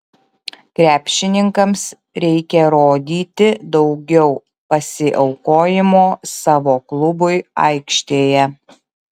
krepšininkams reikia rodyti daugiau pasiaukojimo savo klubui aikštėje